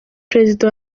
prezida